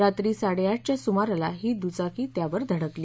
रात्री साडेआठच्या सुमाराला ही द्चाकी त्यावर धडकली